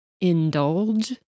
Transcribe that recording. indulge